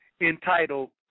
entitled